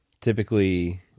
typically